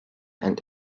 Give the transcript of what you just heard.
and